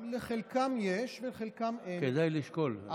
כדאי לשקול.